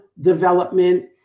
development